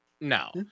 no